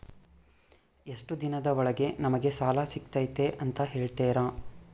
ಎಷ್ಟು ದಿನದ ಒಳಗೆ ನಮಗೆ ಸಾಲ ಸಿಗ್ತೈತೆ ಅಂತ ಹೇಳ್ತೇರಾ?